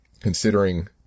considering